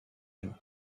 him